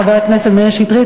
חבר הכנסת מאיר שטרית,